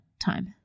time